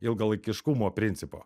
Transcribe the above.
ilgalaikiškumo principo